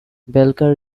belcher